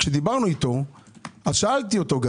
כשדיברנו איתו שאלתי אותו,